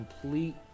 complete